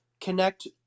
Connect